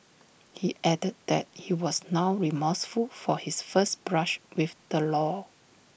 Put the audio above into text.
he added that he was now remorseful for his first brush with the law